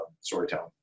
storytelling